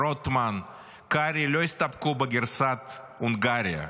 רוטמן וקרעי לא יסתפקו בגרסת הונגריה.